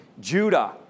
Judah